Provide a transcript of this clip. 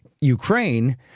Ukraine